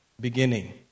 beginning